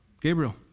Gabriel